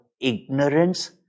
ignorance